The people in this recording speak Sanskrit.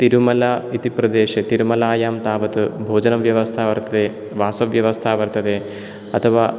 तिरुमला इति प्रदेशे तिरुमलायां तावत् भोजनव्यवस्था वर्तते वासव्यवस्था वर्तते अथवा